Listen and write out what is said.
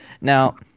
Now